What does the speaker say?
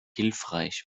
hilfreich